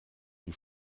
die